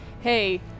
hey